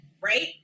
right